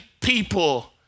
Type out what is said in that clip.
people